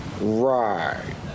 right